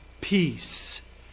peace